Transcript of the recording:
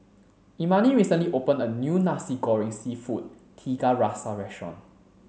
Imani recently opened a new nasi goreng seafood tiga rasa restaurant